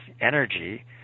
energy